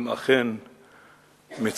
הם אכן מצמררים.